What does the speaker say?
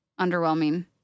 underwhelming